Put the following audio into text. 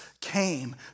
came